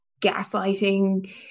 gaslighting